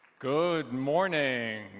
good morning,